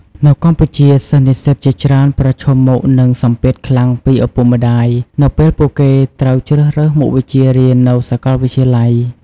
នៅកម្ពុជា សិស្សនិស្សិតជាច្រើនប្រឈមមុខនឹងសម្ពាធខ្លាំងពីឪពុកម្ដាយ នៅពេលពួកគេត្រូវជ្រើសរើសមុខវិជ្ជារៀននៅសាកលវិទ្យាល័យ។